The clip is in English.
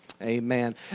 Amen